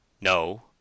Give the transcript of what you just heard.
No